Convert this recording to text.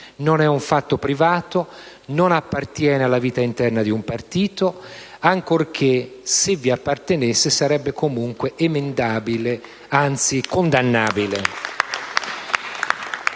Non è un fatto privato; non appartiene alla vita interna di un partito, ancorché, se vi appartenesse, sarebbe comunque emendabile, anzi condannabile. *(Applausi